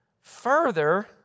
Further